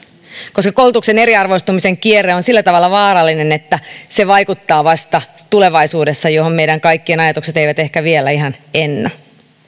koulutuksen eriarvoistumisen kierre on sillä tavalla vaarallinen että se vaikuttaa vasta tulevaisuudessa johon meidän kaikkien ajatukset eivät ehkä vielä ihan ennä